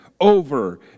over